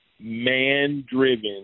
man-driven